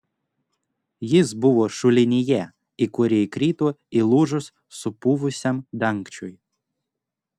jis buvo šulinyje į kurį įkrito įlūžus supuvusiam dangčiui